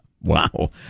Wow